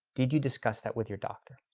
did you discuss that with your doctor?